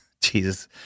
Jesus –